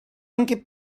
anche